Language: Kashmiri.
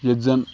ییٚتہِ زَن